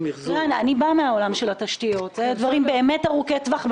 אני באה מעולם התשתיות ואני יודעת שאלה באמת דברים ארוכי טווח,